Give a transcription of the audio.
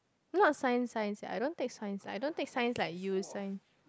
not science science sia I don't take science science I don't take science like you science